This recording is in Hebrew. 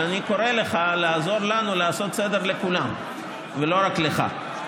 אבל אני קורא לך לעזור לנו לעשות סדר לכולם ולא רק לך.